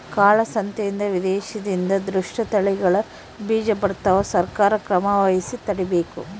ಕಾಳ ಸಂತೆಯಿಂದ ವಿದೇಶದಿಂದ ದುಷ್ಟ ತಳಿಗಳ ಬೀಜ ಬರ್ತವ ಸರ್ಕಾರ ಕ್ರಮವಹಿಸಿ ತಡೀಬೇಕು